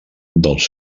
dels